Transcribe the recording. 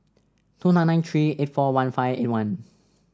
two nine nine three eight four one five eight one